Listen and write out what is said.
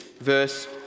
Verse